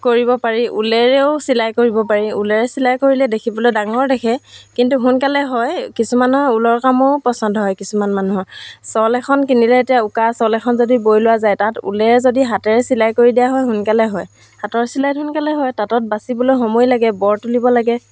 কৰিব পাৰি ঊলেৰেও চিলাই কৰিব পাৰি ঊলেৰে চিলাই কৰিলে দেখিবলৈ ডাঙৰ দেখে কিন্তু সোনকালে হয় কিছুমানৰ ঊলৰ কামো পচন্দ হয় কিছুমান মানুহৰ চল এখন কিনিলে এতিয়া উকা চল এখন যদি বৈ লোৱা যায় তাত উলেৰে যদি হাতেৰে চিলাই কৰি দিয়া হয় সোনকালে হয় হাতৰ চিলাইত সোনকালে হয় তাঁতত বাচিবলৈ সময় লাগে বৰ তুলিব লাগে